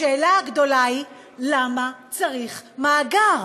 השאלה הגדולה היא למה צריך מאגר.